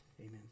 Amen